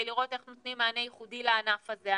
לראות איך נותנים מענה ייחודי לענף הזה.